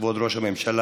כבוד ראש הממשלה,